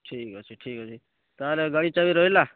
ଠିକ୍ ଅଛି ଠିକ୍ ଅଛି ତାହାଲେ ଗାଡ଼ି ଚାବି ରହିଲା